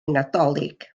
nadolig